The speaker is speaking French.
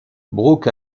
brooke